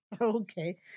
Okay